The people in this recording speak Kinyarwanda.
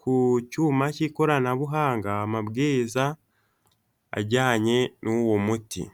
ku cyuma cy'ikoranabuhanga amabwiriza ajyanye n'uwo muti.